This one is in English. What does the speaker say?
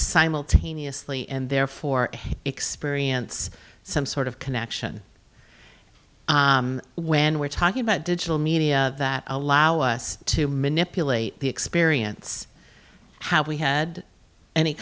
simultaneously and therefore experience some sort of connection when we're talking about digital media that allow us to mimic pilate the experience how we had any